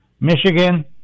Michigan